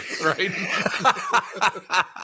Right